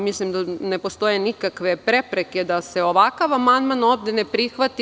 Mislim da ne postoje nikakve prepreke da se ovakav amandman ovde ne prihvati.